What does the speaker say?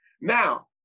Now